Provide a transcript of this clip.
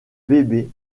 bébé